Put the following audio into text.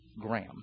Graham